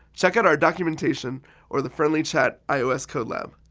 check out our documentation or the friendly chat ios codelab.